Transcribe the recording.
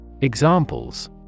Examples